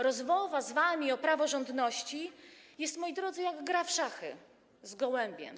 Rozmowa z wami o praworządności jest, moi drodzy, jak gra w szachy z gołębiem.